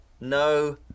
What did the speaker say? No